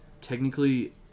technically